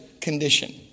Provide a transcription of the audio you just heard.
condition